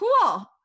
cool